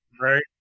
Right